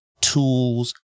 tools